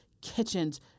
kitchens